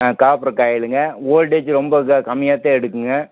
ஆ copper காயிலுங்க voltage ரொம்ப இதாக கம்மியாக தான் எடுக்கும்ங்க